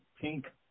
Pink